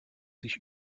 sich